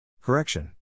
Correction